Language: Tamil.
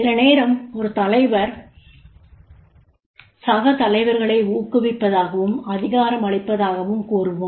சில நேரம் ஒரு தலைவர் சக தலைவர்களை ஊக்குவிப்பதாகவும் அதிகாரம் அளிப்பதாகவும் கூறுவோம்